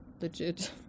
legit